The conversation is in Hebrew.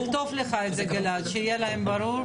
גלעד, תכתוב לך את זה, שיהיה להם ברור.